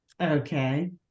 okay